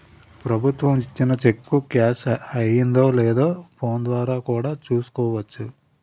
ప్రభుత్వం ఇచ్చిన cheque cash అయిందో లేదో ఫోన్ ద్వారా కూడా చూసుకోవచ్చట